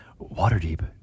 Waterdeep